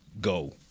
go